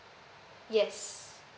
yes